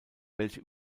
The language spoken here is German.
welche